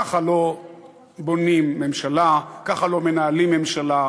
ככה לא בונים ממשלה, ככה לא מנהלים ממשלה.